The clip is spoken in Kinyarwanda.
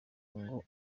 ngo